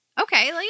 Okay